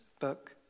book